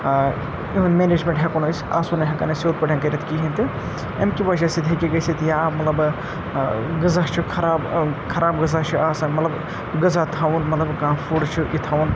یِم منیجمٮ۪نٛٹ ہٮ۪کو نہٕ أسۍ آسو نہٕ ہٮ۪کان أسۍ سیوٚد پٲٹھۍ کٔرِتھ کِہیٖنۍ تہٕ اَمہِ کہِ وَجہ سۭتۍ ہیٚکہِ گٔژھِتھ یا مطلب غذا چھُ خراب خراب غذا چھُ آسان مطلب غذا تھاوُن مطلب کانٛہہ فُڈ چھُ یہِ تھاوُن